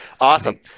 awesome